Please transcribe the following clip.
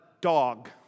dog